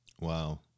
Wow